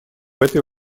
этой